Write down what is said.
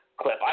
clip